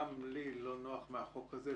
גם לי לא נוח מהחוק הזה,